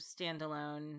standalone